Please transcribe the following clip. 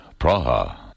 Praha